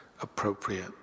appropriate